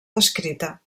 descrita